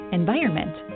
environment